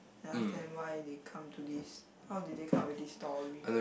understand why they come to this how did they come with this story